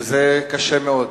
שזה קשה מאוד.